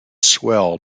swell